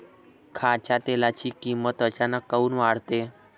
खाच्या तेलाची किमत अचानक काऊन वाढते?